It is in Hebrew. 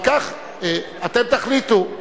אתם תחליטו.